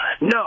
No